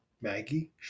maggie